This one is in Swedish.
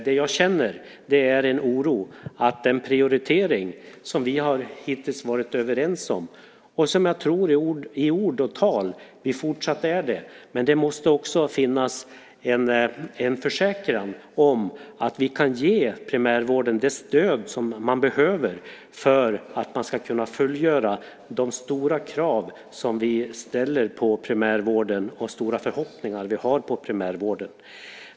Det jag känner oro för är den prioritering som vi hittills har varit överens om och som jag tror att vi i ord och tal fortsatt är, men det måste också finnas en försäkran om att vi kan ge primärvården det stöd som behövs för att man ska kunna uppfylla de stora krav och de stora förhoppningar som vi ställer på primärvården.